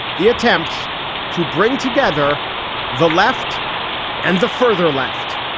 he attempts to bring together the left and the further left.